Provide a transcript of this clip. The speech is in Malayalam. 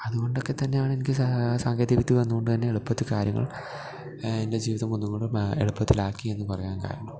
അത്കൊണ്ടക്കെ തന്നെയാണ് എനിക്ക് സാങ്കേതികവിദ്യ വന്നോണ്ട് തന്നെ എളുപ്പത്തില് കാര്യങ്ങള് എന്റെ ജീവിതം ഒന്നും കൂടെ മാ എളുപ്പത്തില് ആക്കിയെന്ന് പറയാന് കാരണം